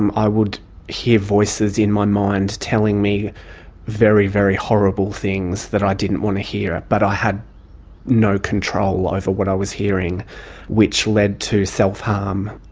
um i would hear voices in my mind telling me very, very horrible things that i didn't want to hear but i had no control over what i was hearing which led to self harm.